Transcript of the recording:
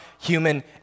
human